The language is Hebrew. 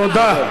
תודה.